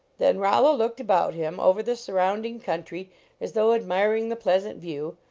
then rollo looked about him over the surrounding country as though admiring the pleasant view,